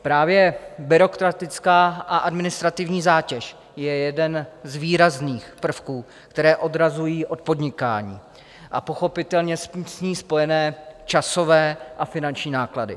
Právě byrokratická a administrativní zátěž je jeden z výrazných prvků, které odrazují od podnikání, a pochopitelně s ní spojené časové a finanční náklady.